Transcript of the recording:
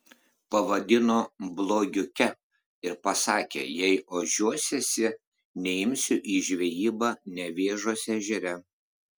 pavadino blogiuke ir pasakė jei ožiuosiesi neimsiu į žvejybą nevėžos ežere